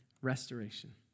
restoration